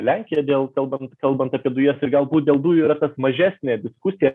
lenkija dėl kalbant kalbant apie dujas ir galbūt dėl dujų yra mažesnė diskusija